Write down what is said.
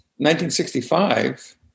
1965